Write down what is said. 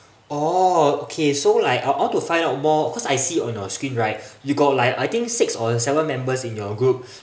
oh okay so like I want to find out more cause I see on your screen right you got like I think six or seven members in your group